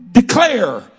Declare